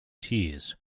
tears